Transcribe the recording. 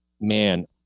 man